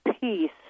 peace